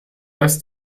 dass